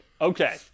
Okay